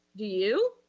do you?